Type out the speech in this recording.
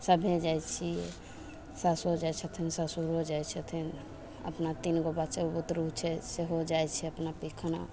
सभे जाइ छियै सासुओ जाइ छथिन ससुरो जाइ छथिन अपना तीन गो बच्चो बुतरू छै सेहो जाइ छै अपना पैखाना